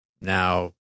now